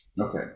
Okay